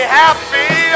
happy